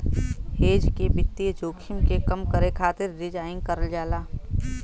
hedge के वित्तीय जोखिम के कम करे खातिर डिज़ाइन करल जाला